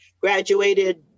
graduated